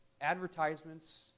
Advertisements